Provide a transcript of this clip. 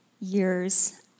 years